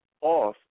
off